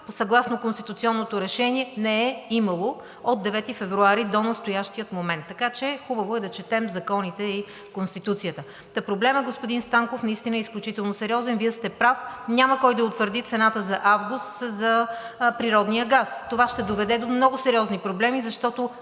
съгласно конституционното решение не е имало от 9 февруари до настоящия момент. Така че хубаво е да четем законите и Конституцията. Проблемът, господин Станков, наистина е изключително сериозен. Вие сте прав, няма кой да утвърди цената за месец август за природния газ. Това ще доведе до много сериозни проблеми, защото